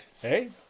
Hey